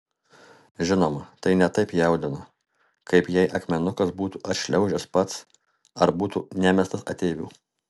žinoma tai ne taip jaudina kaip jei akmenukas būtų atšliaužęs pats ar būtų nemestas ateivių